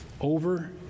over